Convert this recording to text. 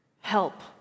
help